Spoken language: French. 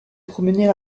promener